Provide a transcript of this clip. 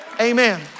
Amen